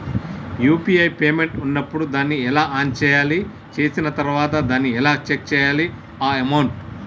UPI payment ఉన్నప్పుడు దాన్ని ఎలా ఆన్ చేయాలి? చేసిన తర్వాత దాన్ని ఎలా చెక్ చేయాలి అమౌంట్?